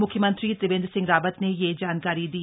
मुख्यमंत्री त्रिवेंद्र सिंह रावत ने यह जानकारी दी